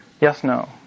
yes-no